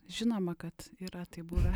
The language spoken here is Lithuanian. žinoma kad yra taip buvę